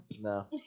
No